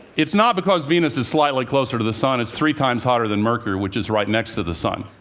it's not because venus is slightly closer to the sun. it's three times hotter than mercury, which is right next to the sun.